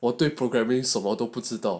我我我对 programming 什么都不知道